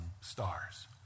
stars